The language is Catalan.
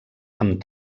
amb